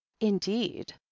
indeed